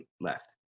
left